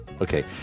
Okay